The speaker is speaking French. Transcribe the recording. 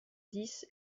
dix